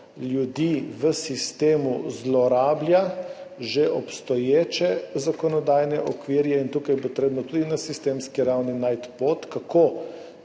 ljudi v sistemu zlorablja že obstoječe zakonodajne okvire, in tukaj je potrebno tudi na sistemski ravni najti pot, kako